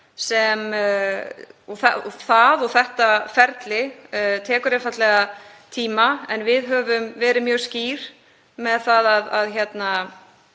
ríkja og það ferli tekur einfaldlega tíma. En við höfum verið mjög skýr með það að dyrnar